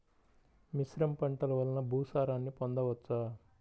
మిశ్రమ పంటలు వలన భూసారాన్ని పొందవచ్చా?